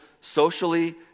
socially